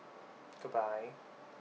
good bye